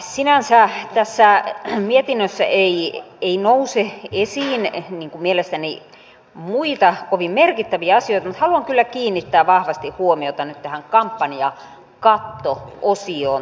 sinänsä tässä mietinnössä ei nouse esiin mielestäni muita kovin merkittäviä asioita mutta haluan kyllä kiinnittää vahvasti huomiota nyt tähän kampanjakatto osioon tässä